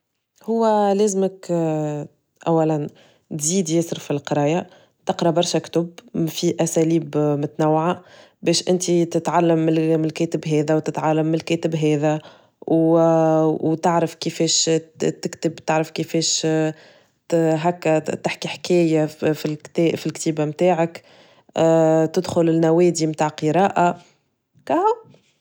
هو لازمك اولا تزيد يسر في القراية تقرا برشا كتب في أساليب متنوعة، باش إنتي تتعلم من الكاتب هذا وتتعلم من الكاتب هذا، و وتعرف كيفيش تكتب تعرف كفاش هاكا تحكي حكاية فالكت- فالكتيبة متاعك، تدخل النوادي متاع قراءة كهو.